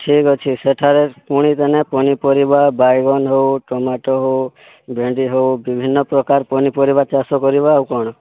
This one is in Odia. ଠିକ୍ ଅଛି ସେଠାରେ ପୁଣି ତେନେ ପନିପରିବା ବାଇଗଣ ହଉ ଟମାଟ ହଉ ଭେଣ୍ଡି ହଉ ବିଭିନ୍ନ ପ୍ରକାର ପନିପରିବା ଚାଷ କରିବା ଆଉ କ'ଣ